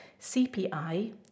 CPI